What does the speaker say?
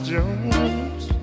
Jones